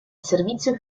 servizio